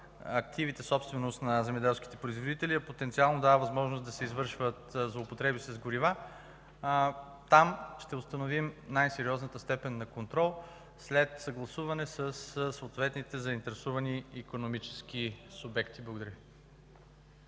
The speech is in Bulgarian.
активите, собственост на земеделските производители, а потенциално дава възможност да се извършват злоупотреби с горива, там ще установим най-сериозната степен на контрол, след съгласуване със съответните заинтересовани икономически субекти. Благодаря.